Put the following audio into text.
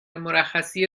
مرخصی